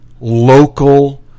local